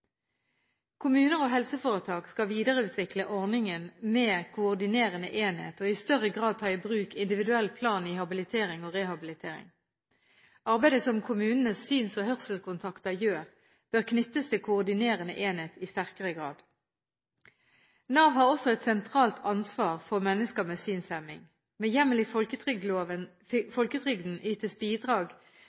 Kommuner og helseforetak skal videreutvikle ordningen med koordinerende enhet, og i større grad ta i bruk individuell plan i habilitering og rehabilitering. Arbeidet som kommunenes syns- og hørselskontakter gjør, bør knyttes til koordinerende enhet i sterkere grad. Nav har også et sentralt ansvar for mennesker med synshemning. Med hjemmel i folketrygden ytes bidrag